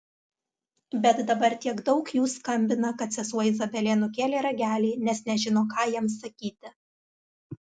bet dabar tiek daug jų skambina kad sesuo izabelė nukėlė ragelį nes nežino ką jiems sakyti